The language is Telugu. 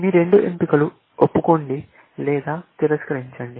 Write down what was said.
మీ రెండు ఎంపికలు ఒప్పుకోండి లేదా తిరస్కరించండి